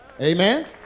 Amen